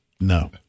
no